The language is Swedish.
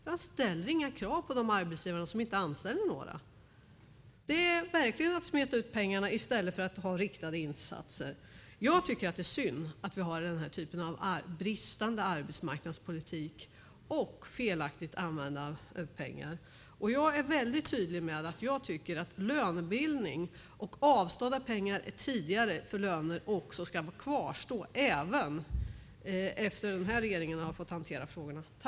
Man ställer inga krav på de arbetsgivare som inte anställer några. Det är verkligen att smeta ut pengarna i stället för att ha riktade insatser. Jag tycker att det är synd att vi har den här typen av bristande arbetsmarknadspolitik och en felaktig användning av pengar. Jag är tydlig med att jag tycker att lönebildning och ett avstående av pengar tidigare ska kvarstå även efter det att den här regeringen har fått hantera frågorna.